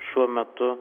šiuo metu